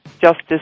justice